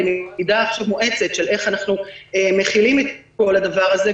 עכשיו מועצה לקבוע איך אנחנו מכילים את הדבר הזה.